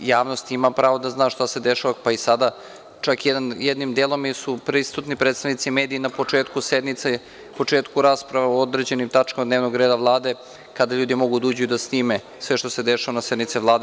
Javnost ima pravo da zna šta se dešava, pa i sada, čak i jednim delom su prisutni predstavnici medija i na početku sednice, na početku rasprave o određenim tačkama dnevnog reda Vlade, kada ljudi mogu da uđu i da snime sve što se dešava na sednici Vlade.